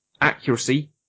accuracy